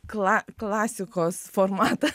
kla klasikos formatas